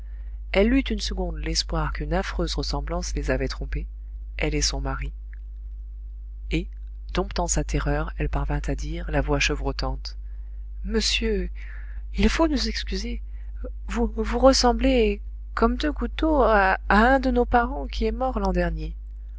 elle eut une seconde l'espoir qu'une affreuse ressemblance les avait trompés elle et son mari et domptant sa terreur elle parvint à dire la voix chevrotante monsieur il faut nous excuser vous ressemblez comme deux gouttes d'eau à un de nos parents qui est mort l'an dernier